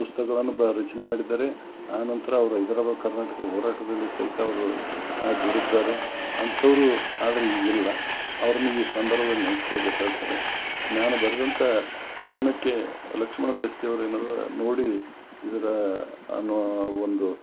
ಪುಸ್ತಕಗಳನ್ನು ಬ ರಚನೆ ಮಾಡಿದ್ದಾರೆ ಆನಂತರ ಅವ್ರು ಹೈದ್ರಾಬಾದ್ ಕರ್ನಾಟಕ ಹೋರಾಟದಲ್ಲಿ ಸಹಿತ ಅವರು ದುಡ್ದಿದ್ದಾರೆ ಅಂಥವರು ಆದರೆ ಈಗಿಲ್ಲ ಅವ್ರನ್ನ ಈ ಸಂದರ್ಭದಲ್ಲಿ ನೆನೆಸ್ಕೊಳ್ಬೇಕಾಗ್ತದೆ ನಾನು ಬರೆದಂಥ ಕವನಕ್ಕೆ ಲಕ್ಷ್ಮಣ್ ದಸ್ತಿಯವ್ರು ಏನಾರು ನೋಡಿ ಇದರ ಅನ್ನೋ ಒಂದು